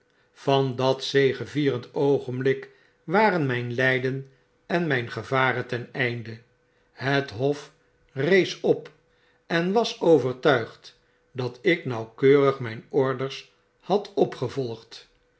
van dat zegevierend oogenblik waren myn lyden en myn gevaren ten einde het hofrees op en was overtuigd dat ik nauwkeurig mijn orders had opgevolffd